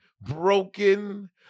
broken